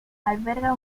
alberga